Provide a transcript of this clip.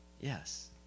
Yes